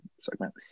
segment